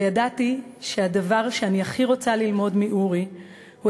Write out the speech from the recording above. וידעתי שהדבר שאני הכי רוצה ללמוד מאורי הוא,